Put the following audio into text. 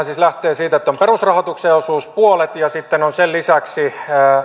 siis lähtee siitä että perusrahoituksen osuus on puolet ja sitten on sen lisäksi